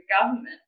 government